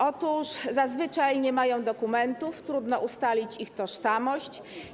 Otóż zazwyczaj nie mają dokumentów, trudno ustalić ich tożsamość.